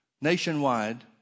nationwide